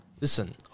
Listen